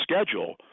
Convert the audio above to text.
schedule